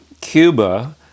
Cuba